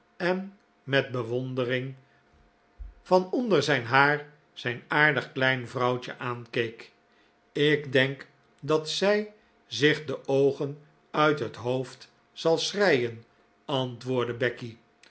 en met bewondering van onder zijn haar zijn aardig klein vrouwtje aankeek ik denk dat zij zich de oogen uit het hoofd zal schreien antwoordde becky